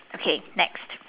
okay next